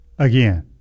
Again